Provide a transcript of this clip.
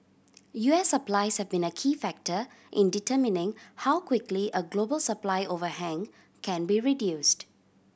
U S supplies have been a key factor in determining how quickly a global supply overhang can be reduced